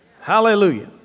Hallelujah